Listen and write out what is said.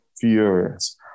furious